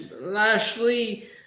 Lashley